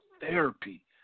therapy